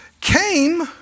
came